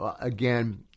Again